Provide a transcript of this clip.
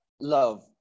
love